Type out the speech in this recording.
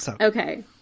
okay